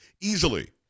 easily